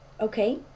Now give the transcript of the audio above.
okay